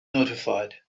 notified